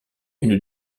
une